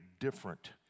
different